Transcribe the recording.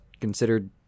considered